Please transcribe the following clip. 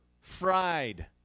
fried